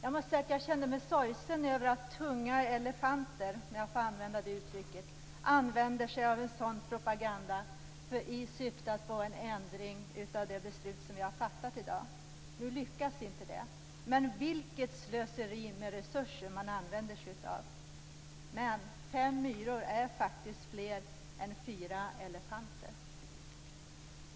Anledningen till att jag kände mig sorgsen över att "tunga elefanter" - låt mig få använda det uttrycket - utnyttjar en sådan propaganda i syfte att få en ändring av det beslut som vi i dag har fattat. Det lyckades inte, men vilket slöseri med resurser! Fem myror är dock fler än fyra elefanter.